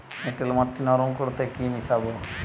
এঁটেল মাটি নরম করতে কি মিশাব?